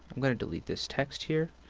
i'm going to delete this text here.